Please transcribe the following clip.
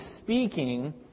speaking